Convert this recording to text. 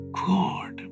god